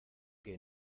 que